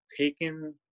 taken